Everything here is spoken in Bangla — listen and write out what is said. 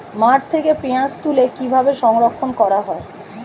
মাঠ থেকে পেঁয়াজ তুলে কিভাবে সংরক্ষণ করা হয়?